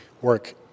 work